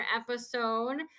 episode